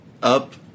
Up